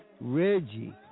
Reggie